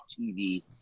TV